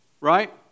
right